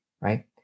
right